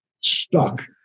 Stuck